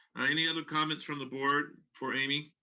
any other comments from the board for amy?